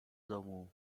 domu